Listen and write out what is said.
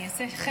אני אעשה חלק.